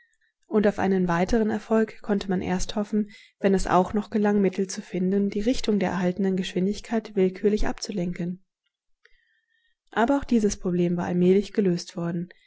und auf einen weiteren erfolg konnte man erst hoffen wenn es auch noch gelang mittel zu finden die richtung der erhaltenen geschwindigkeit willkürlich abzulenken aber auch dieses problem war allmählich gelöst worden